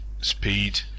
speed